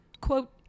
quote